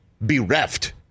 bereft